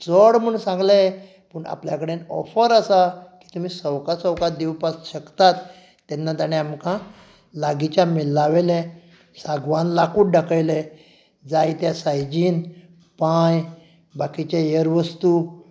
चड म्हूण सांगलें पूण आपल्या कडेन ऑफर आसा ती तुमी सवकास सवकास दिवपाक शकतात तेन्ना ताणें आमकां लागींच्या मेजा वयले सागवान लाकूड दाखयलें जायत्या सायजीन पांय बाकीचे हेर वस्तू